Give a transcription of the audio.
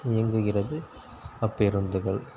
இயங்குகின்றது அப்பேருந்துகள்